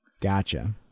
Gotcha